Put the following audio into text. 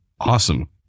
Awesome